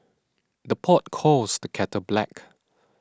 the pot calls the kettle black